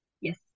Yes